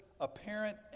apparent